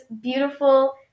beautiful